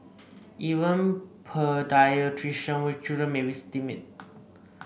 even paediatrician with children may be stymied